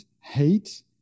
hate